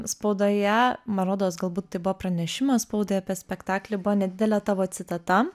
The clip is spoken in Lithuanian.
spaudoje man rodos galbūt tai buvo pranešimas spaudai apie spektaklį buvo nedidelė tavo citata